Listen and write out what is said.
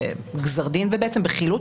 בגזר דין ובעצם בחילוט.